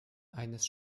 eines